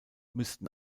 müssten